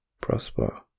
prosper